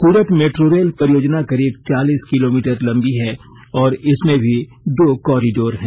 सूरत metro rail परियोजना करीब चालीस किलोमीटर लंबी है और इसमें भी दो कॉरीडोर हैं